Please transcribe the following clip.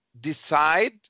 decide